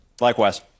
Likewise